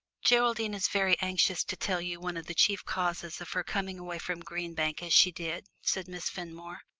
geraldine is very anxious to tell you one of the chief causes of her coming away from green bank as she did, said miss fenmore.